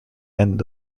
end